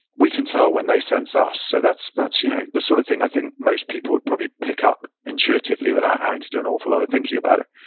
we can tell when they sense us. so, that's that's you know the sort of thing i think most people would probably pick up intuitively without having to do an awful lot of thinking about it.